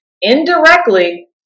indirectly